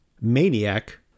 Maniac